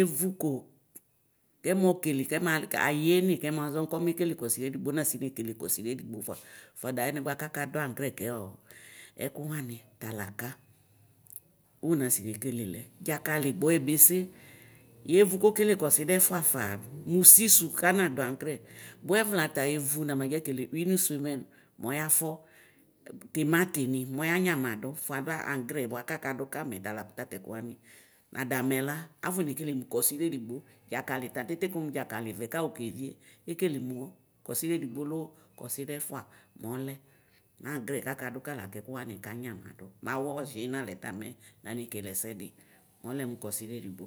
evʋko kɛmɔkele ayɛ ne kɛmazɔ no kele kɔsidɛ edigboko nisi nekele kɔsida edigbo fʋa fʋadʋ alɛnɛ kakadʋ agrɛ kɛɔ, ɛkʋwanɩ talaka konasi kekelɛ dzakali gbɔyebese yevʋ kokele kɔsidɛfʋa, faa mʋ ʋsisʋ kamadʋ agrɛ bʋɛvlata evʋ namadza kele uinsemɛn mɔyafɔ timatine mɔya nyamadʋ fiadʋ agrɛ bʋakʋ akadʋ kamɛ takʋ tatɛkʋ wanɩ nada mɛ la afɔ nekelemʋ kɔsida edigbo dzakalita titiko mʋ dzakalivɛ kayɔ levie ekele mʋ kɔsidefigbo kɔsidɛfʋa mʋlɛ nagrɛ kakadʋkɛ lakʋ ɛkʋ wanɩ kanyama dʋ mɛ awʋ ɔziɛ nalɛta manekele ɛsɛdi mɛ alɛmʋ kɔsidɛ edigbo.